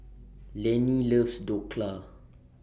Lennie loves Dhokla